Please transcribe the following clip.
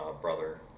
brother